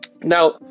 Now